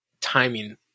timing